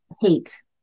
hate